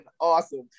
awesome